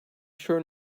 sure